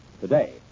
today